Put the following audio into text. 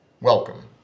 Welcome